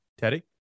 Teddy